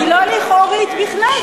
היא לא לכאורית בכלל,